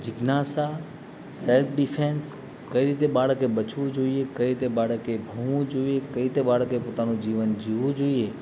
જીજ્ઞાસા self defence કઈ રીતે બાળકે બચવું જોઈએ કઈ રીતે બાળકે ભણવું જોઈએ કઈ રીતે બાળકે પોતાનું જીવન જીવવું જોઈએ